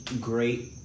great